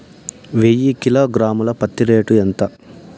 వెయ్యి కిలోగ్రాము ల పత్తి రేటు ఎంత?